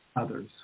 others